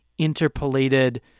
interpolated